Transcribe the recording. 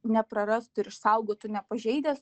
neprarastų ir išsaugotų nepažeidęs